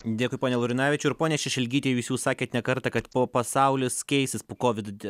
dėkui pone laurinavičiau ir ponia šešelgyte jūs jau sakėt ne kartą kad pasaulis keisis po kovid